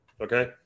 Okay